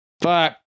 fuck